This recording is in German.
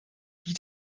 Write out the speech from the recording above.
die